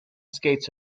skates